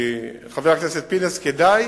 חבר הכנסת פינס, כדאי